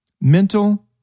mental